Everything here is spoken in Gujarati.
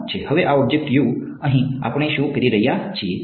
હવે આ ઑબ્જેક્ટ અહીં આપણે શું કરી રહ્યા છીએ